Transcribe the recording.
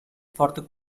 ford